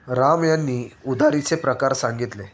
राम यांनी उधारीचे प्रकार सांगितले